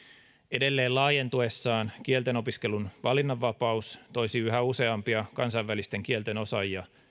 edelleen laajentuessaan kielten opiskelun valinnanvapaus toisi yhä useampia kansainvälisten kielten osaajia